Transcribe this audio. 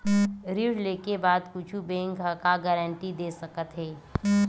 ऋण लेके बाद कुछु बैंक ह का गारेंटी दे सकत हे?